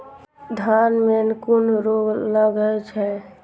धान में कुन रोग लागे छै?